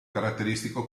caratteristico